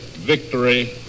Victory